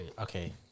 Okay